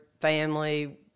family